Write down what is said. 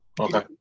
Okay